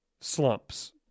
slumps